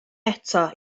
eto